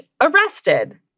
arrested